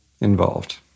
involved